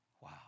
Wow